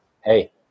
hey